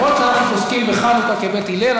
אף שאנחנו פוסקים בחנוכה כבית הלל,